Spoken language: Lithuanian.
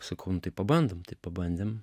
sakau nu tai pabandom tai pabandėm